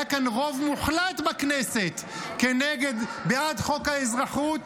היה כאן רוב מוחלט בכנסת בעד חוק האזרחות,